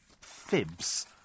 fibs